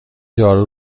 دارو